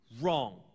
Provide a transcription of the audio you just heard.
wrong